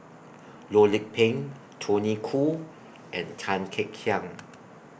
Loh Lik Peng Tony Khoo and Tan Kek Hiang